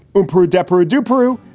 improve desperate do brew.